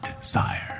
sire